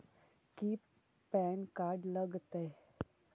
की PAN card लग तै?